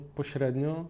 pośrednio